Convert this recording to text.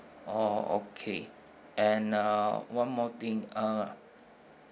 oh okay and uh one more thing uh